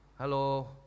hello